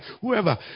whoever